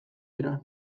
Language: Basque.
dira